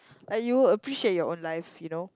like you will appreciate your own life you know